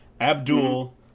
Abdul